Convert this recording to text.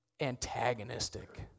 antagonistic